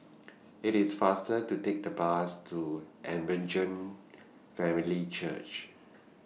IT IS faster to Take The Bus to Evangel Family Church